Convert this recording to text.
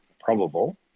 probable